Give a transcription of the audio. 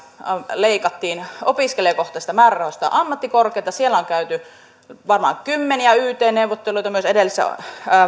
leikattiin opiskelijakohtaisista määrärahoista ammattikorkealta siellä on käyty varmaan kymmeniä yt neuvotteluita myös edellisessä